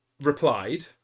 replied